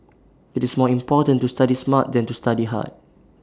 IT is more important to study smart than to study hard